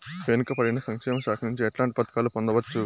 వెనుక పడిన సంక్షేమ శాఖ నుంచి ఎట్లాంటి పథకాలు పొందవచ్చు?